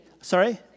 Sorry